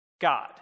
God